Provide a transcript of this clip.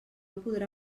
podrà